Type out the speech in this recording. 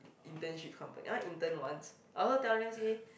internship company I wanna intern once I also tell them say